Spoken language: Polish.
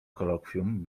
kolokwium